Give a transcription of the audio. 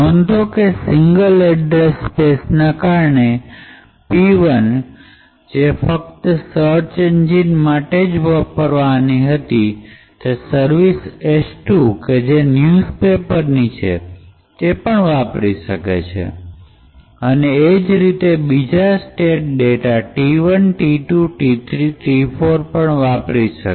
નોંધો કે single address space ના કારણે p ૧ કે જે ફક્ત સર્ચ એન્જિન માટે જ વાપરવાની હતી તે સર્વિસ s ૨ કે જે ન્યૂઝ પેપરની છે તે પણ વાપરી શકે અને એ જ રીતે બીજા સ્ટેટ ડેટા t ૧ t ૨ t૩ t ૪ વાપરી શકે